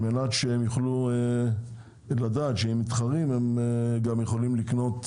על מנת שהם יוכלו לדעת שאם מתחרים הם גם יכולים לקנות